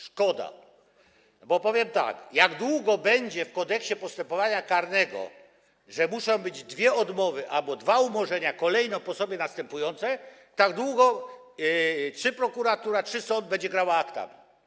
Szkoda, bo jak długo będzie w Kodeksie postępowania karnego, że muszą być dwie odmowy albo dwa umorzenia kolejno po sobie następujące, tak długo czy prokuratura, czy sąd będą grały aktami.